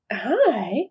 hi